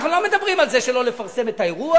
אנחנו לא מדברים על לא לפרסם את האירוע.